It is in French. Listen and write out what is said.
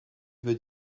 veut